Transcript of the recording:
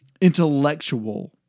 intellectual